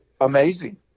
amazing